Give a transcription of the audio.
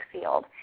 field